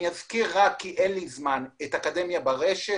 אני אזכיר את אקדמיה ברשת,